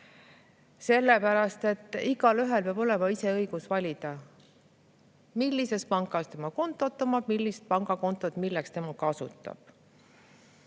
sellepärast et igaühel peab olema õigus ise valida, millises pangas ta kontot omab, millist pangakontot ta milleks kasutab.